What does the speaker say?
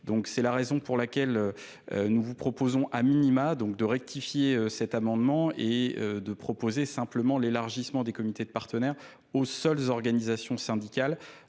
c'est la raison pour laquelle nous vous proposons a minima, donc, de rectifier cet amendement et de proposer simplement l'élargissement des comités de partenaires, aux seules organisations syndicales,